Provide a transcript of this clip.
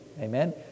Amen